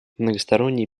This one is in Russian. многосторонние